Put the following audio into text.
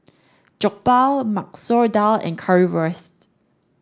Jokbal Masoor Dal and Currywurst